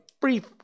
brief